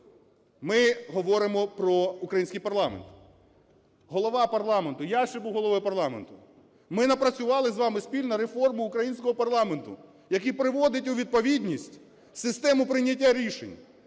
Ми говоримо про український парламент. Голова парламенту, я ще був головою парламенту, ми напрацювали з вами спільно реформу українського парламенту, який приводить у відповідність систему прийняття рішень,